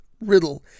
riddle